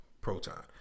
Proton